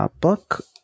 book